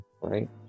right